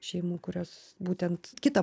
šeimų kurios būtent kita